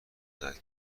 دهد